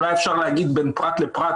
אולי אפשר להגיד בין פרט לפרט,